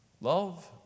love